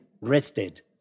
rested